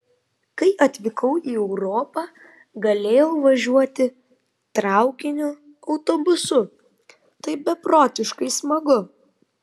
kai atvykau į europą galėjau važiuoti traukiniu autobusu tai beprotiškai smagu